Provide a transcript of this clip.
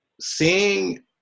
Seeing